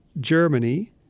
Germany